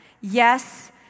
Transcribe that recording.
yes